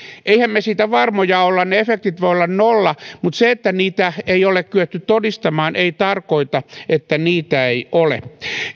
emmehän me siitä varmoja ole ne efektit voivat olla nolla mutta se että niitä ei ole kyetty todistamaan ei tarkoita että niitä ei ole